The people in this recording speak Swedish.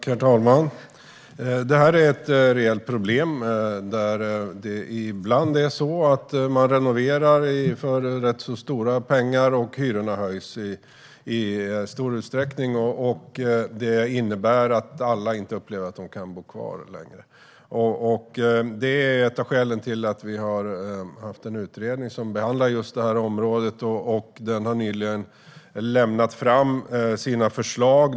Herr talman! Det här är ett reellt problem. Det är ibland så att man renoverar för rätt stora pengar, och hyrorna höjs i stor utsträckning. Det innebär att alla inte upplever att de kan bo kvar längre. Det är ett av skälen till att vi har haft en utredning som behandlar just detta område. Den har nyligen lämnat fram sina förslag.